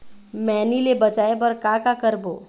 मैनी ले बचाए बर का का करबो?